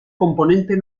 componente